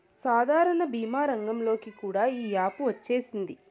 సాధారణ భీమా రంగంలోకి కూడా ఈ యాపు వచ్చేసింది